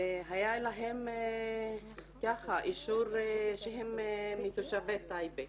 והיה להם אישור שהם מתושבי טייבה.